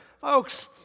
folks